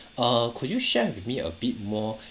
err could you share with me a bit more